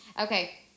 Okay